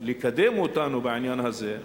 לקדם אותנו בעניין הזה,